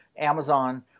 Amazon